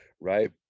right